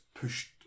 Pushed